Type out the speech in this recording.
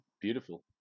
Beautiful